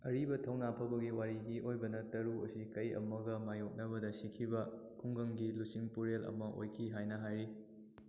ꯑꯔꯤꯕ ꯊꯧꯅꯥ ꯐꯕꯒꯤ ꯋꯥꯔꯤꯒꯤ ꯑꯣꯏꯕꯅ ꯇꯔꯨ ꯑꯁꯤ ꯀꯩ ꯑꯃꯒ ꯃꯥꯌꯣꯛꯅꯕꯗ ꯁꯤꯈꯤꯕ ꯈꯨꯡꯒꯪꯒꯤ ꯂꯨꯆꯤꯡ ꯄꯨꯔꯦꯜ ꯑꯃ ꯑꯣꯏꯈꯤ ꯍꯥꯏꯅ ꯍꯥꯏꯔꯤ